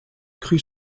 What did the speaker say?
crues